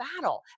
battle